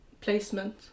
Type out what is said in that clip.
placement